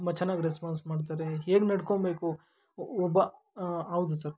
ತುಂಬ ಚೆನ್ನಾಗಿ ರೆಸ್ಪಾನ್ಸ್ ಮಾಡ್ತಾರೆ ಹೇಗೆ ನಡ್ಕೊಬೇಕು ಒಬ್ಬ ಹಾಂ ಹೌದು ಸರ್